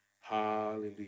Hallelujah